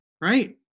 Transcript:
right